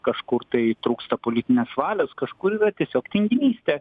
kažkur tai trūksta politinės valios kažkur yra tiesiog tinginystė